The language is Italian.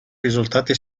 risultati